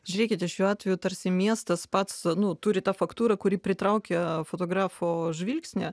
žiūrėkite šiuo atveju tarsi miestas pats nu turi tą faktūrą kuri pritraukia fotografo žvilgsnį